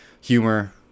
humor